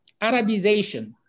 Arabization